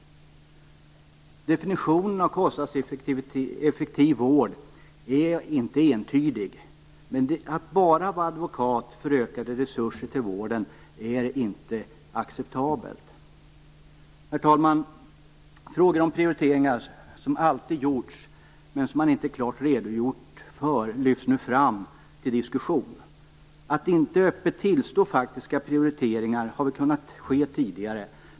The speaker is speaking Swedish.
Definitionen av en kostnadseffektiv vård är inte entydig, men att bara vara advokat för ökade resurser till vården är inte acceptabelt. Herr talman! Frågor om prioriteringar som alltid gjorts, men som man inte klart redogjort för, lyfts nu fram till diskussion. Att inte öppet tillstå faktiska prioriteringar har väl kunnat förekomma tidigare.